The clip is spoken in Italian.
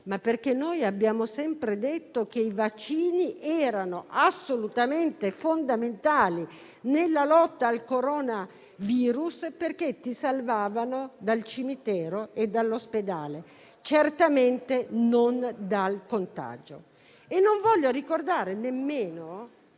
anche che noi abbiamo sempre detto che i vaccini erano assolutamente fondamentali nella lotta al Coronavirus perché salvavano dal cimitero e dall'ospedale, certamente non dal contagio. Non voglio ricordare nemmeno